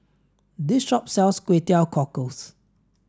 this shop sells Kway Teow Cockles